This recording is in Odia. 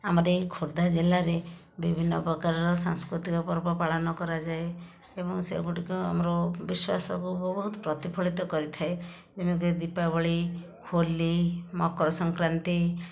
ଆମର ଏହି ଖୋର୍ଦ୍ଧା ଜିଲ୍ଲାରେ ବିଭିନ୍ନପ୍ରକାରର ସାଂସ୍କୃତିକ ପର୍ବ ପାଳନ କରାଯାଏ ଏବଂ ସେଗୁଡ଼ିକ ଆମର ବିଶ୍ୱାସକୁ ବହୁତ ପ୍ରତିଫଳିତ କରିଥାଏ ଯେମିତି ଦୀପାବଳି ହୋଲି ମକର ସଂକ୍ରାନ୍ତି